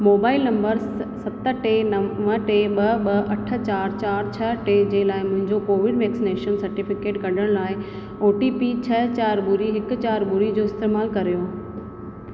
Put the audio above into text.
mobile number सत सत टे नव टे ॿ ॿ अठ चारि चारि छह टे जे लाइ मुंहिंजो कोविड वैक्सीनेशन सर्टिफिकेट कढण लाइ ओ टी पी छह चारि ॿुड़ी हिकु चारि ॿुड़ी जो इस्तेमालु कर्यो